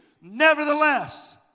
Nevertheless